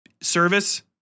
service